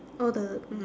all the mm